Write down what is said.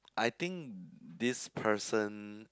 I think this person